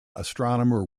astronomer